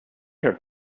her